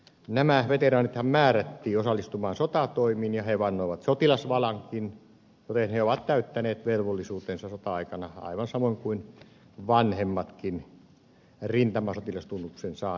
nämä veteraanithan määrättiin osallistumaan sotatoimiin ja he vannoivat sotilasvalankin joten he ovat täyttäneet velvollisuutensa sota aikana aivan samoin kuin vanhemmatkin rintamasotilastunnuksen saaneet ikäluokat